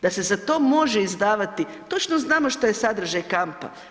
Da se za to može izdavati, točno znamo što je sadržaj kampa.